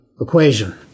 equation